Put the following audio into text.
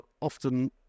often